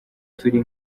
turi